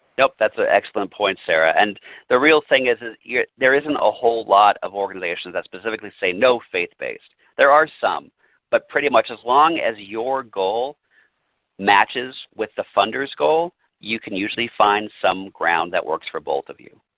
yep, that's an excellent point there. and the real thing is is there isn't a whole lot of organizations that specifically say no faith-based. there are some but pretty much as long as your goal matches with the funders goal you can usually find some ground that works for both of you.